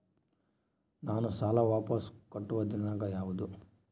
ನಾನು ಸಾಲ ವಾಪಸ್ ಕಟ್ಟುವ ದಿನಾಂಕ ಯಾವುದು?